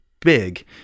big